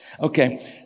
Okay